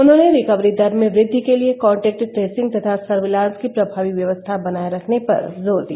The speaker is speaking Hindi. उन्होंने रिकवरी दर में वृद्धि के लिये कॉन्टैक्ट ट्रेसिंग तथा सर्विलांस की प्रभावी व्यवस्था बनाये रखने पर जोर दिया